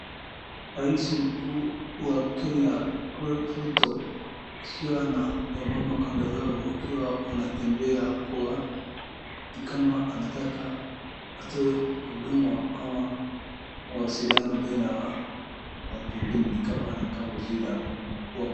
Rais mkuu wa Kenya William Ruto ikiwa na wamama kando yao, ikiwa wanatembea kwa ni kama anataka watu wa huduma ama mawasilianao baina ya watu ingine kama inakaa waziri ama.